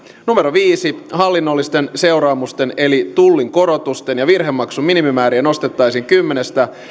viisi hallinnollisten seuraamusten eli tullinkorotuksen ja virhemaksun minimimääriä nostettaisiin kymmenestä